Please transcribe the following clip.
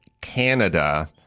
Canada